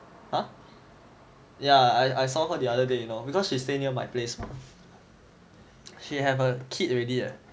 !huh! yeah I I saw her the other day you know because she stay near my place she have a kid already eh